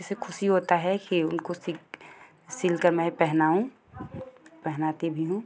जिसे खुशी होता है कि उनको सिग सीलकर मैं पहनाऊँ पहनाती भी हूँ